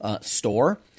store